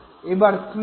এবার তৃতীয়